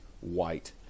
white